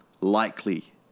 likely